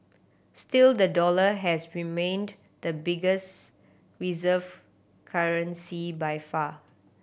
still the dollar has remained the biggest reserve currency by far